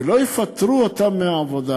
ולא יפטרו אותם מהעבודה,